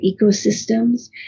ecosystems